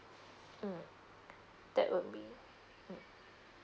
mm that will be mm